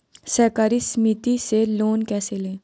सहकारी समिति से लोन कैसे लें?